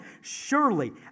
Surely